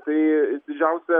tai didžiausia